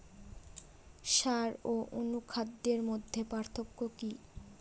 সার ও অনুখাদ্যের মধ্যে পার্থক্য কি?